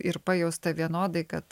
ir pajausta vienodai kad